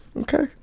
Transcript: Okay